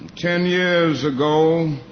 ten years ago,